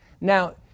now